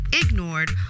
ignored